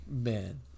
man